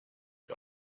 you